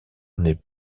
n’est